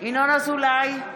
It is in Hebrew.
ינון אזולאי,